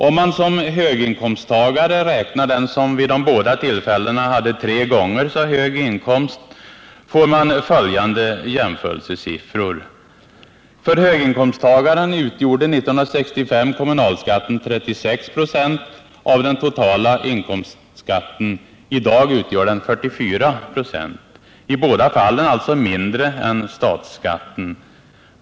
Om man som höginkomsttagare räknar den som vid de båda tillfällena hade tre gånger så hög inkomst får man följande jämförelsesiffror. För höginkomsttagaren utgjorde 1965 kommunalskatten 36 96 av den totala inkomstskatten. I dag utgör den 44 96. I båda fallen alltså mindre än statsskatten.